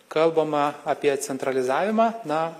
kalbama apie centralizavimą na